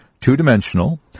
Two-dimensional